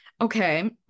okay